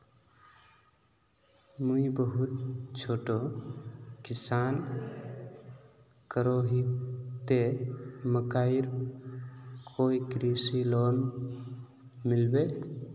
मुई बहुत छोटो किसान करोही ते मकईर कोई कृषि लोन मिलबे?